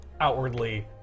outwardly